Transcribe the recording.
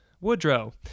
Woodrow